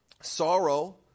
sorrow